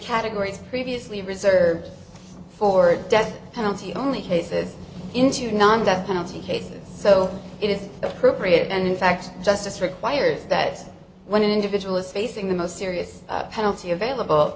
categories previously reserved for death penalty only cases into non death penalty cases so it is appropriate and in fact justice requires that when an individual is facing the most serious penalty available